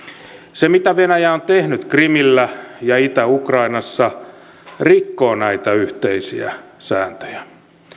se mitä venäjä on tehnyt krimillä ja itä ukrainassa rikkoo näitä yhteisiä sääntöjä